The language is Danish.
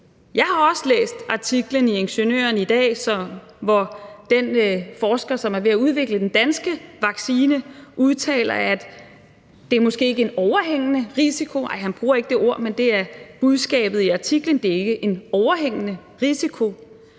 Jeg har også læst artiklen i Ingeniøren i dag, hvor den forsker, som er ved at udvikle den danske vaccine, udtaler, at det måske ikke er en overhængende risiko – han bruger ikke det ord, men det er budskabet i artiklen, at det ikke er en overhængende risiko